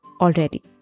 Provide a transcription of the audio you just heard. already